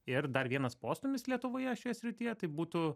ir dar vienas postūmis lietuvoje šioje srityje tai būtų